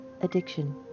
Addiction